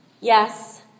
Yes